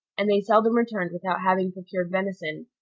and they seldom returned without having procured venison,